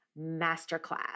Masterclass